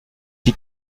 die